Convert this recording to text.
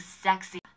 sexy